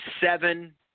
seven